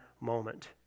moment